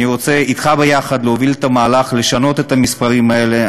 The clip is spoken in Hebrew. אני רוצה אתך יחד להוביל את המהלך לשנות את המספרים האלה.